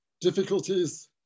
difficulties